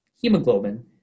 Hemoglobin